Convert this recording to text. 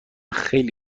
خیلی